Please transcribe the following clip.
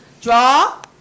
Draw